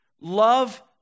Love